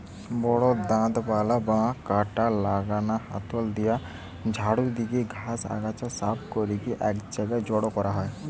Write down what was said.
বড় দাঁতবালা বা কাঁটা লাগানা হাতল দিয়া ঝাড়ু দিকি ঘাস, আগাছা সাফ করিকি এক জায়গায় জড়ো করা হয়